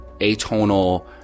atonal